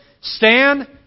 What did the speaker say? Stand